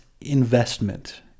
investment